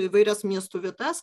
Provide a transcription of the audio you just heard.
įvairias miestų vietas